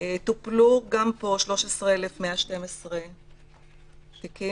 טופלו גם פה 13,112 תיקים,